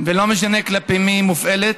ולא משנה כלפי מי היא מופעלת.